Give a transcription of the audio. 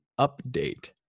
update